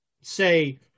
say